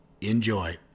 Enjoy